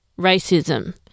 racism